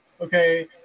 okay